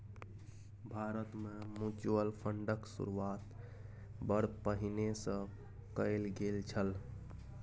भारतमे म्यूचुअल फंडक शुरूआत बड़ पहिने सँ कैल गेल छल